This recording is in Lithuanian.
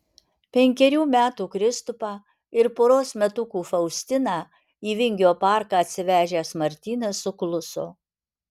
penkerių metų kristupą ir poros metukų faustiną į vingio parką atsivežęs martynas sukluso